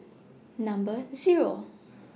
Number Zero